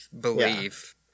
believe